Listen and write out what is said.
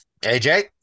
AJ